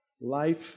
life